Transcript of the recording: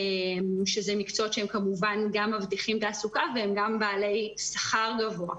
שזה מקצועות שכמובן גם מבטיחים תעסוקה והם גם בעלי שכר גבוה,